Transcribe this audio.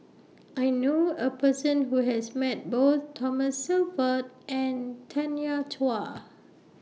I knew A Person Who has Met Both Thomas Shelford and Tanya Chua